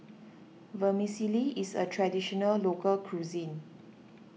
Vermicelli is a Traditional Local Cuisine